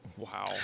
Wow